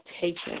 taking